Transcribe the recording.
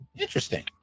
Interesting